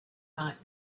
might